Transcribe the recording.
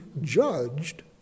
judged